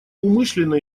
умышленно